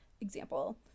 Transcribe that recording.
example